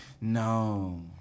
No